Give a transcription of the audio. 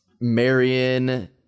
Marion